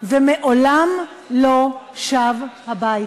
ומעולם לא שב הביתה.